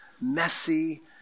messy